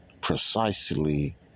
precisely